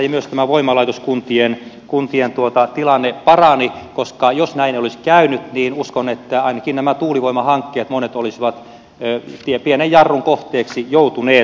myös tämä voimalaitoskuntien tilanne parani ja jos näin ei olisi käynyt niin uskon että ainakin monet tuulivoimahankkeet olisivat pienen jarrun kohteeksi joutuneet